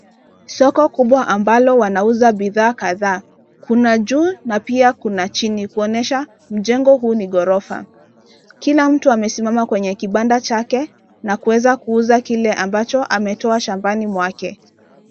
Soko kubwa ambalo wanauza bidhaa kadhaa, kuna juu, na pia kuna chini, kuonyesha mjengo huu ni ghorofa, kila mtu amesimama kwenye kibanda chake, na kuweza kuuza kile ambacho ametoa shambani mwake.